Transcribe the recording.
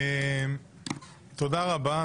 תודה רבה.